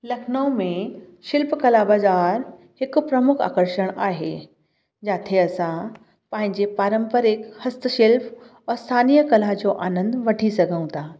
लखनऊ में शिल्प कला बज़ारि हिकु प्रमुख आकर्षण आहे जिते असां पंहिंजे पारंपरिक हस्त शिल्प उहो स्थानीय कला जो आनंदु वठी सघूं था